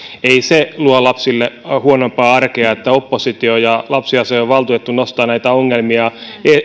ei se luo lapsille huonompaa arkea että oppositio ja lapsiasiainvaltuutettu nostavat näitä ongelmia